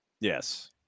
Yes